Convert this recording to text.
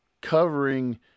covering